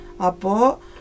Apo